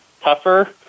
tougher